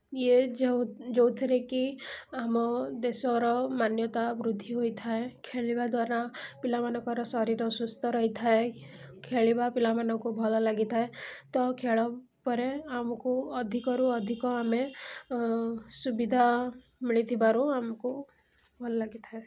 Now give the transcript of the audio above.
ଇଏ ଯେଉଁଥିରେକି ଆମ ଦେଶର ମାନ୍ୟତା ବୃଦ୍ଧି ହୋଇଥାଏ ଖେଳିବା ଦ୍ଵାରା ପିଲାମାନଙ୍କର ଶରୀର ସୁସ୍ଥ ରହିଥାଏ ଖେଳିବା ପିଲାମାନଙ୍କୁ ଭଲ ଲାଗିଥାଏ ତ ଖେଳ ପରେ ଆମକୁ ଅଧିକରୁ ଅଧିକ ଆମେ ସୁବିଧା ମିଳିଥିବାରୁ ଆମକୁ ଭଲ ଲାଗିଥାଏ